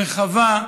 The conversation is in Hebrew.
רחבה,